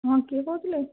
ହଁ କିଏ କହୁଥିଲେ